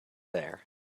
there